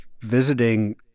visiting